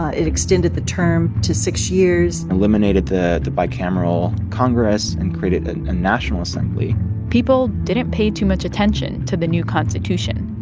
ah it extended the term to six years eliminated the bicameral congress and created a national assembly people didn't pay too much attention to the new constitution.